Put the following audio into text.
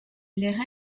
les